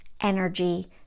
energy